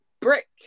brick